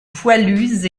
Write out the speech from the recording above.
poilues